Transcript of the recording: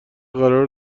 قرار